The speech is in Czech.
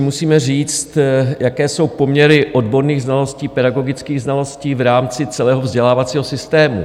Musíme si říct, jaké jsou poměry odborných znalostí, pedagogických znalostí, v rámci celého vzdělávacího systému.